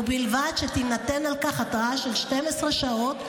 ובלבד שתינתן על כך התראה של 12 שעות,